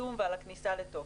היישום ועל הכניסה לתוקף.